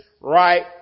right